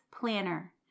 planner